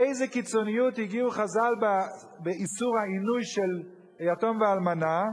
לאיזה קיצוניות הגיעו חז"ל באיסור העינוי של יתום ואלמנה,